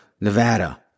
Nevada